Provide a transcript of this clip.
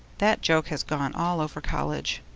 that joke has gone all over college.